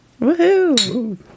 Woohoo